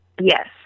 Yes